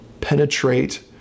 penetrate